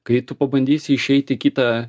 kai tu pabandysi išeit į kitą